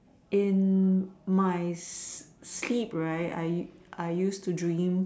in my sleep right I I used to dream